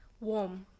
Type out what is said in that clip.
warm